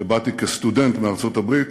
כשבאתי כסטודנט מארצות-הברית